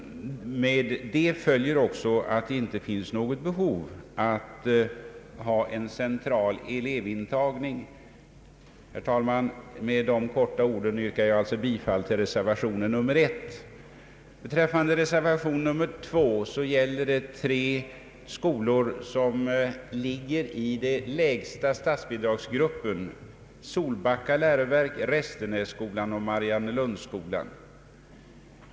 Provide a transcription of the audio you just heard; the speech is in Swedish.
Därav följer också att det inte finns något behov att ha en central elevintagning. Herr talman! Med dessa ord ber jag att få yrka bifall till reservation 1. Reservation 2 gäller de tre skolor som ligger i den lägsta statsbidragsgruppen, nämligen Solbacka läroverk, Restenässkolan och Mariannelundsskolan.